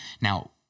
now